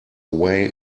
way